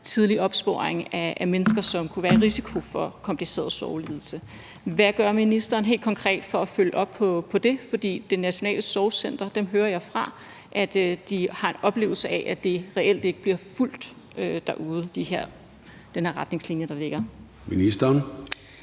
tidlig opsporing af mennesker, som kunne være i risiko for at få en kompliceret sorglidelse. Hvad gør ministeren helt konkret for at følge op på det? For fra Det Nationale Sorgcenter hører jeg, at de har en oplevelse af, at de retningslinjer, der ligger, reelt